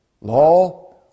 law